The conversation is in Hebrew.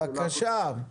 בבקשה.